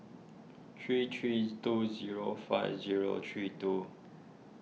three three two zero five zero three two